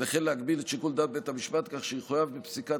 וכן להגביל את שיקול דעת בית המשפט כך שיחויב בפסיקת